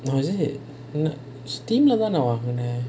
oh is it steam lah தான் ஆனா வாங்குனேன்:thaan aanaa vaangunaen